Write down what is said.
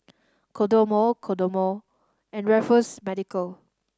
Kodomo Kodomo and Raffles Medical